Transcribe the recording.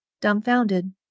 dumbfounded